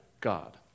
God